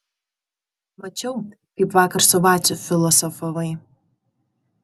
mačiau kaip vakar su vaciu filosofavai